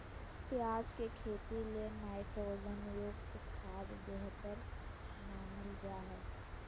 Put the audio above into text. प्याज के खेती ले नाइट्रोजन युक्त खाद्य बेहतर मानल जा हय